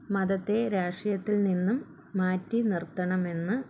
മതത്തെ രാഷ്ട്രീയത്തിൽ നിന്നും മാറ്റിനിർത്തണമെന്ന്